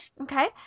Okay